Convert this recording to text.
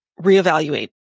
reevaluate